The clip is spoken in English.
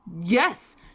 yes